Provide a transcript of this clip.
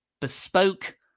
bespoke